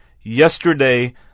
Yesterday